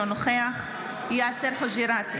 אינו נוכח יאסר חוג'יראת,